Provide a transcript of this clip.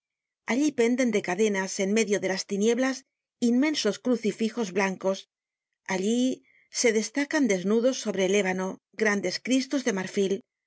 allí penden de cadenas en medio de las tinieblas inmensos crucifijos blancos allí se destacan desnudos sobre el ébano grandes cristos de marfil